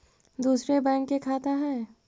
दुसरे बैंक के खाता हैं?